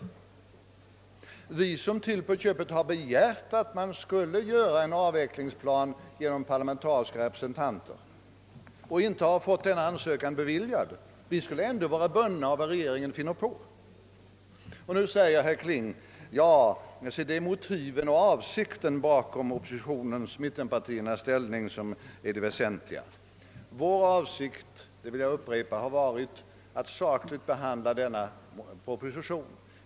Skulle vi, som till på köpet har begärt att det skulle göras en avvecklingsplan av parlamentariska representanter och som inte har fått detta beviljat, ändå vara bundna av vad regeringen finner på? Vidare sade herr Kling att det är motiven för och avsikten bakom oppositionens och mittenpartiernas ställning som är det väsentliga. Jag vill då upprepa ati vår avsikt har varit att sakligt behandla propositionen.